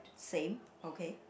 same okay